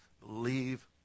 Believe